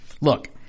look